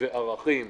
וערכים